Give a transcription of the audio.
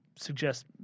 Suggest